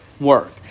work